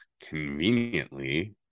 conveniently